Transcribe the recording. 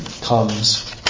comes